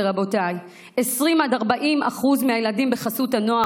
רבותיי: 20% 40% מהילדים בחסות הנוער,